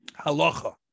Halacha